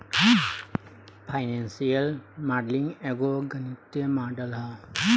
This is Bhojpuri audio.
फाइनेंशियल मॉडलिंग एगो गणितीय मॉडल ह